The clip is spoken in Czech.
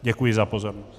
Děkuji za pozornost.